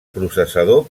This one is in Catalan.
processador